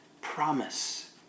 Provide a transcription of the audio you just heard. promise